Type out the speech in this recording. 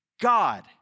God